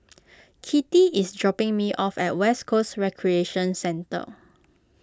Kittie is dropping me off at West Coast Recreation Centre